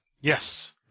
Yes